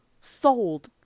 sold